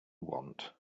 want